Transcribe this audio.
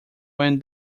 when